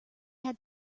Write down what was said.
had